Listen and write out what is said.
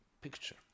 picture